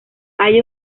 hay